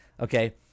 Okay